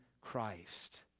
Christ